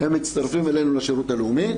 הם מצטרפים אלינו לשירות הלאומי,